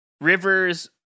Rivers